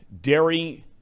Dairy